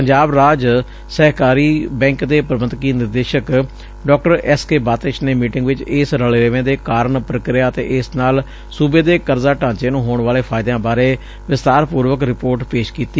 ਪੰਜਾਬ ਰਾਜ ਸਹਿਕਾਰੀ ਬੈਂਕ ਦੇ ਪ੍ਰਬੰਧਕੀ ਨਿਰਦੇਸ਼ਕ ਡਾ ਐਸਕੇਬਾਤਿਸ਼ ਨੇ ਮੀਟਿੰਗ ਵਿੱਚ ਇਸ ਰਲੇਵੇਂ ਦੇ ਕਾਰਨ ਪ੍ਰਕਿਰਿਆ ਅਤੇ ਇਸ ਨਾਲ ਸੂਬੇ ਦੇ ਕਰਜ਼ਾ ਢਾਂਚੇ ਨੂੰ ਹੋਣ ਵਾਲੇ ਫਾਇਦਿਆਂ ਬਾਰੇ ਵਿਸਥਾਰਪੂਰਵਕ ਰਿਪੋਰਟ ਪੇਸ਼ ਕੀਤੀ